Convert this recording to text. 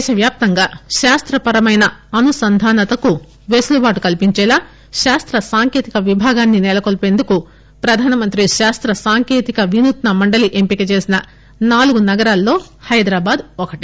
దేశవ్యాప్తంగా శాస్త పరమైన అనుసంధానతకు వెసులుబాటు కల్పించేలా శాస్త సాంకేతిక విభాగాన్ని సెలకొల్పెందుకు ప్రధానమంత్రి శాస్త్ర సాంకేతిక వినూత్న మండలి ఎంపిక చేసిన నాలుగు నగరాలలో హైదరాబాద్ ఒకటి